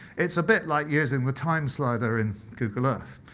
it's a bit like using the time slider in google earth.